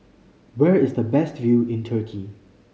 where is the best view in Turkey